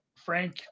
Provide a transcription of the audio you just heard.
Frank